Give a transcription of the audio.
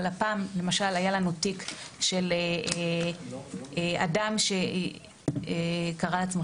אבל הפעם היה לנו תיק של אדם שקרא לעצמו